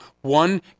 one